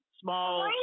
small